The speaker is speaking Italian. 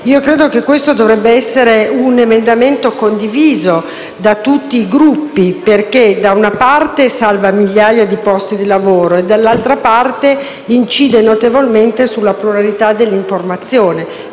La Russa. Questo dovrebbe essere un emendamento condiviso da tutti i Gruppi, perché, da una parte, salva migliaia di posti di lavoro e, dall'altra, incide notevolmente sulla priorità dell'informazione.